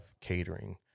Catering